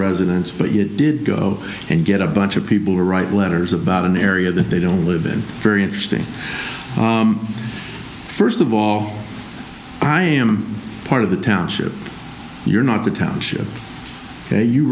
residents but you did go and get a bunch of people write letters about an area that they don't live in very interesting first of all i am part of the township you're not the township